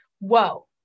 whoa